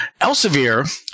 Elsevier